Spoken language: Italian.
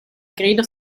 grido